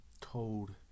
told